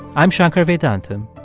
i'm shankar vedantam,